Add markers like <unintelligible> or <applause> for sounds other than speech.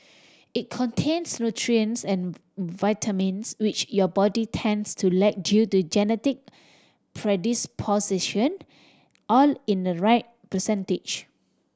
it contains nutrients and <unintelligible> vitamins which your body tends to lack due to genetic predisposition all in the right percentage